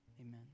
amen